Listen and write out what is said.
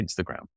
Instagram